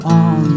on